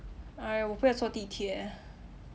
!aiya! 我不要坐地铁